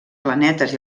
planetes